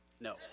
No